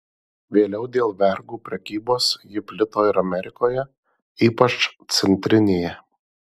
vėliau dėl vergų prekybos ji plito ir amerikoje ypač centrinėje